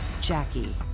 jackie